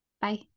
Bye